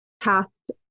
past